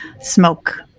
smoke